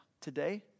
Today